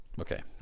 Okay